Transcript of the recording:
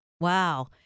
Wow